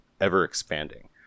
ever-expanding